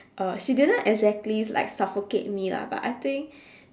uh she didn't exactly like suffocate me lah but I think